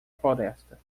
floresta